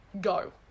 go